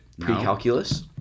precalculus